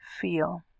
feel